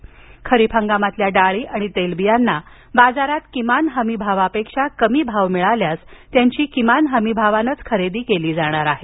तसंच खरीप हंगातील डाळी आणि तेलबियांना बाजारात किमान हमी भावापेक्षा कमी भाव मिळाल्यास त्यांची किमान हमी भावानंच खरेदी केली जाणार आहे